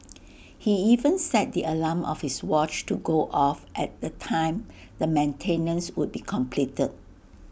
he even set the alarm of his watch to go off at the time the maintenance would be completed